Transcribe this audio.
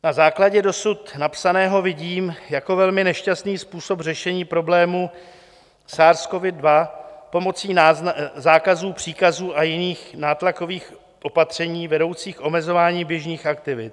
Na základě dosud napsaného vidím jako velmi nešťastný způsob řešení problému SARSCoV2 pomocí zákazů, příkazů a jiných nátlakových opatření vedoucích k omezování běžných aktivit.